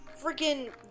freaking